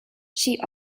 she